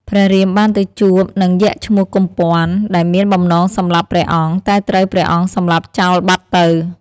ព្រះរាមបាន ទៅជួបនឹងយក្សឈ្មោះ កុម្ព័ន្ធ ដែលមានបំណងសម្លាប់ព្រះអង្គ តែត្រូវព្រះអង្គសម្លាប់ចោលបាត់ទៅ។